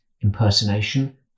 impersonation